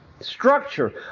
structure